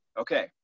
Okay